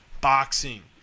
Boxing